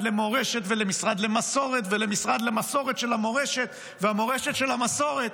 למורשת ולמשרד למסורת ולמשרד למסורת של המורשת והמורשת של המסורת,